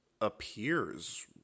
appears